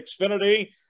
Xfinity